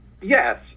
Yes